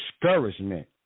Discouragement